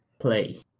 play